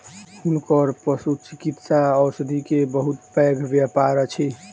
हुनकर पशुचिकित्सा औषधि के बहुत पैघ व्यापार अछि